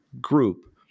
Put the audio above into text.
group